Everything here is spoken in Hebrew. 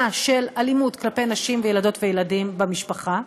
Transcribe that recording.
של אלימות כלפי נשים וילדות וילדים במשפחה,